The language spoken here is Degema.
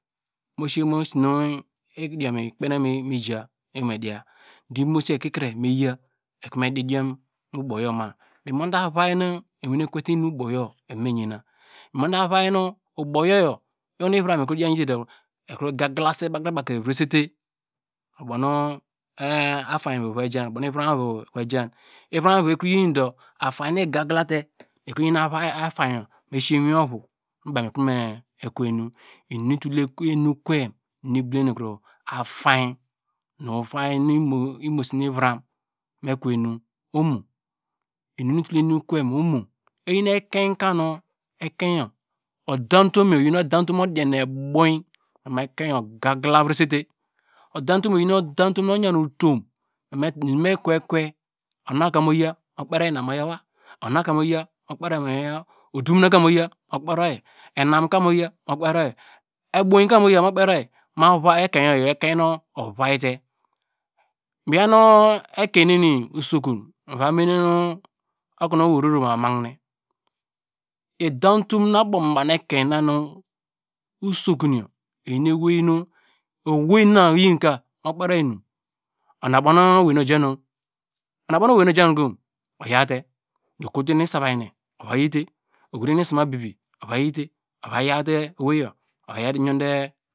idiom iyor ikpe nu konu mi ga imosi yor ekikre me ya ekei me didiom, mi mode avai nu ekevete enu. Mi mote avai nu uboyoyo, oho nu iviram ekro diam yite du ekro ga, gla sen nu baw kre evive se te. Ivram evo ekro yinu du afain nu igagla te ekro bri nu afain yor me si se mu iwin ovu nu ekro me kwe enu, inum nu itul enu kwem inum nu itul afainyi, nu utanny nu imosi nu iviram me kwe enu omo. Oyin ekein ka nu odam tumo yor, oyi odain tum nu mor diany eboyi, ma ekein oga, gla vreaite, odam tum yor oyin odam tum nu oyan otum, inum me kwe, kwe, ona ka mu yaw wa; odumuna ka mu kperi oyi, enam ka mu kperi oyi eboyi, ma ovai ekein yor oyor ekein nu otaiyite. Miyau nu ekein neni usokun miva me ne okonu owei vro mo va mahine edam utom na abom ekein na nu usokun yor, eyin ewei nu, owei na oyin ka mu kperi oyi inum, ona ubono owei na oja nu, ona ubono owei na oja kom, oyor te okotu te enu isava hine, enu isama bibi ava yor te owei yor.